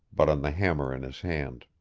but on the hammer in his hand.